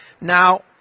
now